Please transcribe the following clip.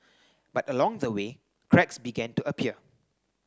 but along the way cracks began to appear